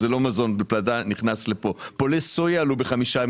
פולי סויה עלו ב-55%,